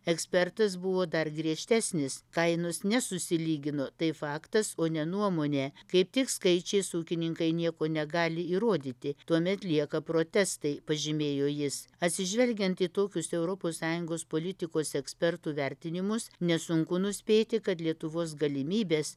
ekspertas buvo dar griežtesnis kainos nesusilygino tai faktas o ne nuomonė kaip tik skaičiais ūkininkai nieko negali įrodyti tuomet lieka protestai pažymėjo jis atsižvelgiant į tokius europos sąjungos politikos ekspertų vertinimus nesunku nuspėti kad lietuvos galimybės